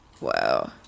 Wow